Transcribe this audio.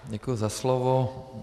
Děkuji za slovo.